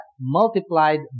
multiplied